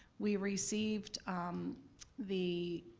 we received the,